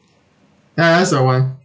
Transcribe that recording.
ya ya that's the one